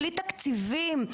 בלי תקציבים.